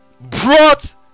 brought